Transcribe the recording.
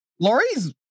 Lori's